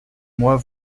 moi